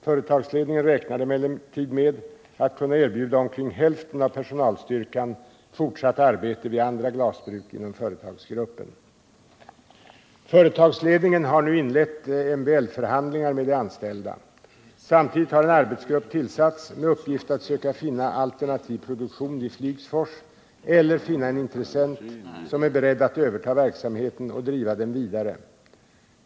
Företagsledningen räknar emellertid med att kunna erbjuda omkring hälften av personalstyrkan fortsatt arbete vid andra glasbruk inom företagsgruppen. Företagsledningen har nu inlett MBL-förhandlingar med de anställda. Samtidigt har en arbetsgrupp tillsatts med uppgift att söka finna alternativ produktion vid Flygsfors eller finna en intressent som är beredd att överta verksamheten och driva den vidare.